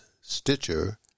Stitcher